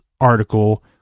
article